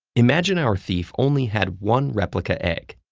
imagine our thief only had one replica egg.